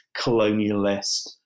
colonialist